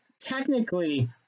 technically